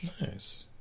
Nice